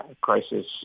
crisis